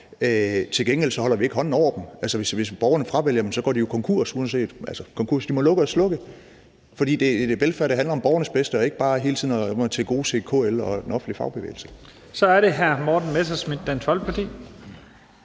til gengæld holder vi ikke hånden over dem. Hvis borgerne fravælger dem, går de jo konkurs og må lukke og slukke, for velfærd handler om borgernes bedste og ikke om hele tiden bare at tilgodese KL og den offentlige fagbevægelse. Kl. 15:33 Første næstformand (Leif